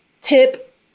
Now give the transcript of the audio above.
tip